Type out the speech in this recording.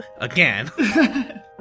Again